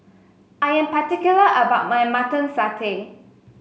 I am particular about my Mutton Satay